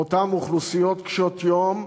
אותן אוכלוסיות קשות-יום,